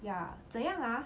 ya 怎样 ah